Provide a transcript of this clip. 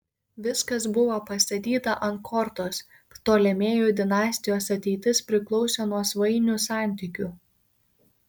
viskas buvo pastatyta ant kortos ptolemėjų dinastijos ateitis priklausė nuo svainių santykių